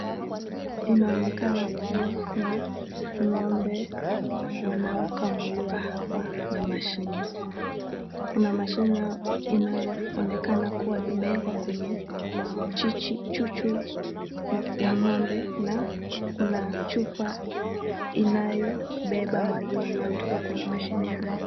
Inaonekana kuwa kuna ng'ombe wanaokamuliwa hapa na mashini. Kuna mashine inayoonekana imewekwa kwenye chichi chuchu za ng'ombe, na kuna chupa inayobeba maziwa inayotoka kwenye mashine hayo.